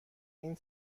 این